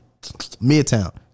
Midtown